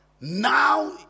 now